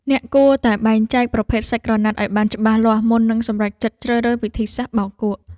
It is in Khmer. អ្នកគួរតែបែងចែកប្រភេទសាច់ក្រណាត់ឱ្យបានច្បាស់លាស់មុននឹងសម្រេចចិត្តជ្រើសរើសវិធីសាស្ត្របោកគក់។